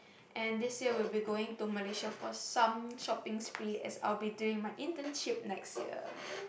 and this year we'll be going to Malaysia for some shopping spree as I'll be doing my internship next year